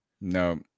No